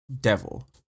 Devil